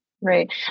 Right